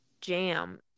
jam